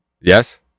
Yes